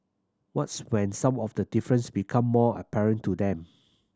what's when some of the difference become more apparent to them